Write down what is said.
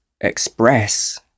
express